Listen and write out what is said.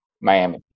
Miami